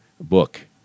book